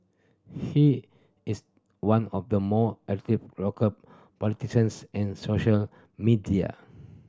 he is one of the more active local politicians in social media